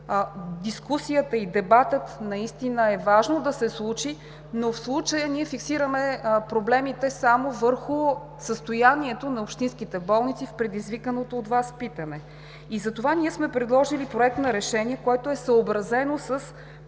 Дискусията и дебатът е важно да се случи, но в случая ние фиксираме проблемите само върху състоянието на общинските болници в предизвиканото от Вас питане. И затова ние сме предложили Проект на решение, което е съобразено с